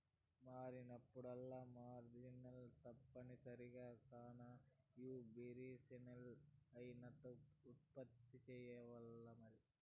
మారినప్పుడల్లా మార్జిన్ తప్పనిసరి కాన, యా బిజినెస్లా అయినా ఉత్పత్తులు సెయ్యాల్లమరి